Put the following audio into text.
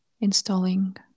installing